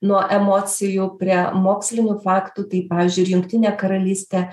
nuo emocijų prie mokslinių faktų tai pavyzdžiui ir jungtinė karalystė